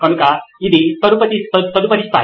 కనుక ఇది తదుపరి స్థాయి